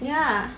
ya